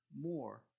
more